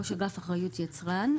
ראש אגף אחריות יצרן.